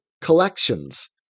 collections